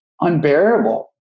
unbearable